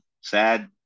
Sad